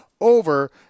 over